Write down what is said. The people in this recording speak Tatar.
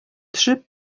төшеп